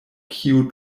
kiu